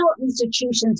institutions